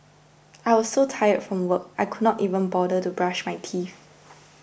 I was so tired from work I could not even bother to brush my teeth